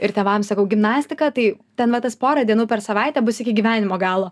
ir tėvam sakau gimnastika tai ten va tas porą dienų per savaitę bus iki gyvenimo galo